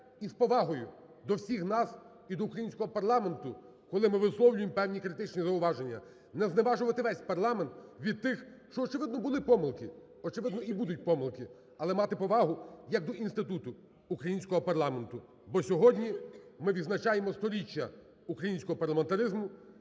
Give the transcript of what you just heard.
із повагою до всіх нас і до українського парламенту, коли ми висловлюємо певні критичні зауваження. Не зневажувати весь парламент від тих, що, очевидно, були помилки, очевидно, і будуть помилки, але мати повагу як до інституту – українського парламенту, бо сьогодні ми відзначаємо 100-річчя українського парламентаризму.